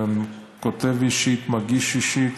כותב את זה אישית, מגיש אישית.